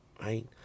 right